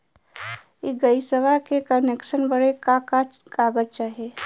इ गइसवा के कनेक्सन बड़े का का कागज चाही?